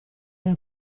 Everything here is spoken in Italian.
era